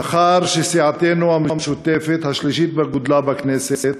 לאחר שסיעתנו המשותפת, השלישית בגודלה בכנסת,